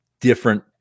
different